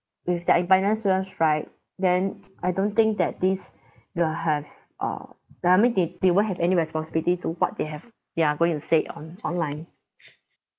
with their right then I don't think that these will have um I mean they they won't any responsibility to what they have they are going to say on online